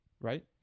Right